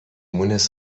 مونس